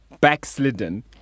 backslidden